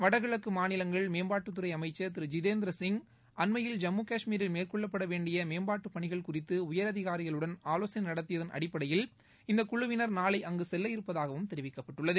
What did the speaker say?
வடகிழக்கு மாநிலங்கள் மேம்பாட்டுத்துறை அமைச்சர் திரு ஜித்தேந்திர சிங் அண்மையில் ஜம்மு காஷ்மீரில் மேற்கொள்ளப்பட வேண்டிய மேற்பாட்டு பணிகள் குறித்து உயரதிகாரிகளுடன் ஆலோசனை நடத்தியதன் அடிப்படையில் இந்தக் குழுவினர் நாளை அங்கு செல்ல இருப்பதாகவும் தெரிவிக்கப்பட்டுள்ளது